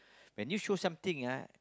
when you show something ah